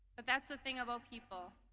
but that's the thing about people.